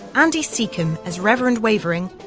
andy secombe as reverend wavering,